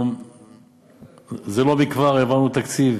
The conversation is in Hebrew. לא מכבר העברנו תקציב,